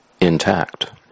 intact